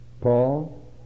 Paul